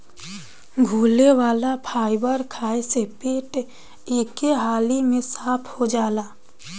घुले वाला फाइबर खाए से पेट एके हाली में साफ़ हो जाला